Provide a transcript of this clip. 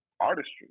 artistry